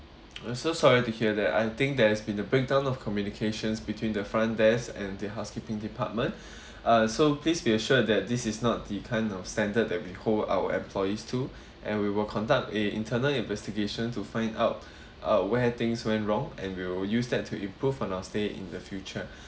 I'm so sorry to hear that I think there's been a breakdown of communications between the front desk and the housekeeping department uh so please be assured that this is not the kind of standard that we hold our employees to and we will conduct a internal investigation to find out uh where things went wrong and we will use that to improve on our stay in the future